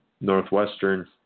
northwestern